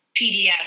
PDF